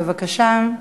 בבקשה.